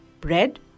bread